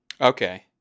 okay